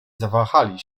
zawahali